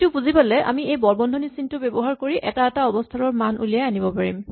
এইটো বুজি পালে আমি এই বৰবন্ধনী চিনটো ব্যৱহাৰ কৰি এটা এটা অৱস্হানৰ মান উলিয়াই আনিব পাৰিম